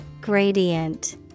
Gradient